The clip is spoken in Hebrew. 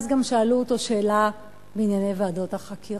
ואז גם שאלו אותו שאלה בענייני ועדות החקירה.